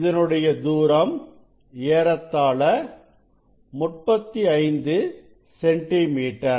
இதனுடைய தூரம் ஏறத்தாழ 35 சென்டிமீட்டர்